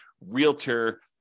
realtor